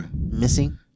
missing